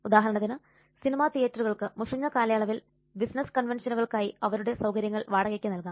ഉദാഹരണത്തിന് സിനിമാ തിയേറ്ററുകൾക്ക് മുഷിഞ്ഞ കാലയളവിൽ ബിസിനസ് കൺവെൻഷനുകൾക്കായി അവരുടെ സൌകര്യങ്ങൾ വാടകയ്ക്ക് നൽകാം